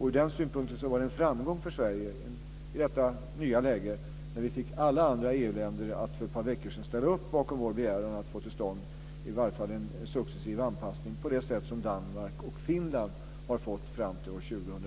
Ur den synpunkten var det en framgång för Sverige i detta nya läge när vi fick alla andra EU-länder att för ett par veckor sedan ställa upp bakom vår begäran att få till stånd i varje fall en successiv anpassning på det sätt som Danmark och Finland har fått fram till år